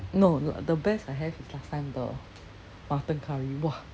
no the best I have is last time the mutton curry !wah!